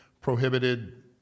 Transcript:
prohibited